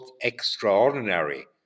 extraordinary